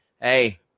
Hey